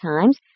times